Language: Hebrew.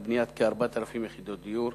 לבניית כ-4,000 יחידות דיור.